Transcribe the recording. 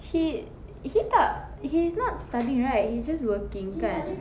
he he tak he's not studying right he's just working kan